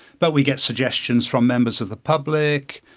but we get suggestions from members of the public.